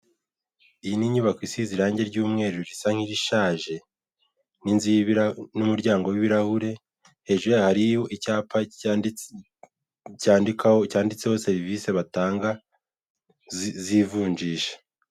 Iyi ni inyubako isize iragi ry'umweru risa nirishaje n'umuryango w'ibirahure hejuru yaho hariho icyapa cyanditse service batanga z'ivunjisha.